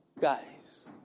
Guys